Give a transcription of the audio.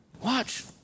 Watch